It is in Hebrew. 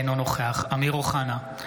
אינו נוכח אמיר אוחנה,